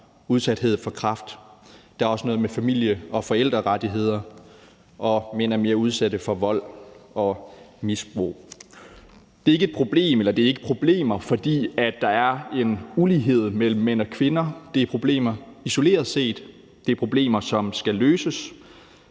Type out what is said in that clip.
udsathed for kræft. Der er også noget med familie- og forældrerettigheder, og mænd er mere udsatte for vold og misbrug. Det er ikke problemer, fordi der er en ulighed mellem mænd og kvinder. Det er problemer isoleret set. Det er problemer, som skal løses.